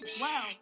Wow